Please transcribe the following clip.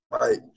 right